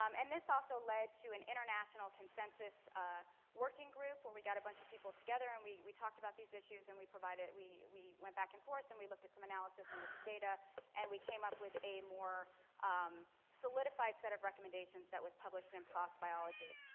um and this also led to an international consensus working group where we got a bunch of people together and we we talked about these issues and we provided we we went back and forth and we looked at some analysis and looked at data and we came up with a more um solidified set of recommendations that was published in plos biology.